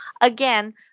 again